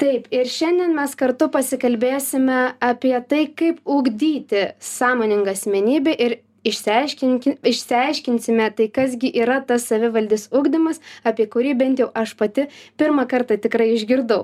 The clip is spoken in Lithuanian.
taip ir šiandien mes kartu pasikalbėsime apie tai kaip ugdyti sąmoningą asmenybę ir išsiaiškinki išsiaiškinsime tai kas gi yra tas savivaldis ugdymas apie kurį bent jau aš pati pirmą kartą tikrai išgirdau